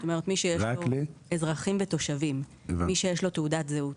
זאת אומרת מי שיש לו תעודת זהות.